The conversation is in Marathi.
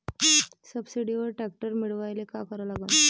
सबसिडीवर ट्रॅक्टर मिळवायले का करा लागन?